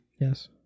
Yes